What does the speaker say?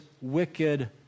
wicked